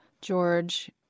George